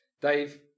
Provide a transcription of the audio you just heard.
Dave